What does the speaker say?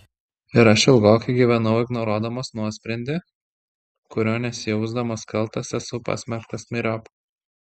ir aš ilgokai gyvenau ignoruodamas nuosprendį kuriuo nesijausdamas kaltas esu pasmerktas myriop